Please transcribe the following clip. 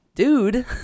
Dude